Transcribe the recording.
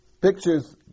Pictures